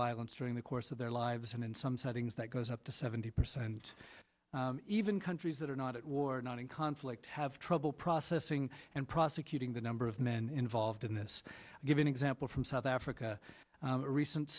violence during the course of their lives and in some settings that goes up to seventy percent even countries that are not at war not in conflict have trouble processing and prosecuting the number of men involved in this given example from south africa a recent